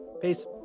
peace